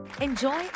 Enjoy